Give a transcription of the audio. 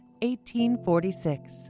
1846